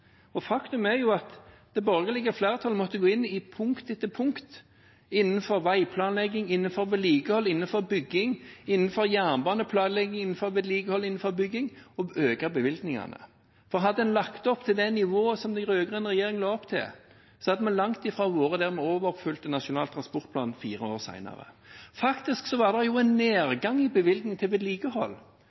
er at det borgerlige flertallet måtte gå inn i punkt etter punkt – innenfor veiplanlegging, innenfor vedlikehold, innenfor bygging, innenfor jernbaneplanlegging, innenfor vedlikehold, innenfor bygging – og øke bevilgningene, for hadde en lagt opp til det nivået som den rød-grønne regjeringen la opp til, hadde vi langt ifra vært der at vi overoppfylte Nasjonal transportplan fire år senere. Faktisk var det en nedgang i bevilgninger til vedlikehold.